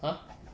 !huh!